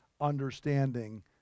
understanding